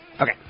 Okay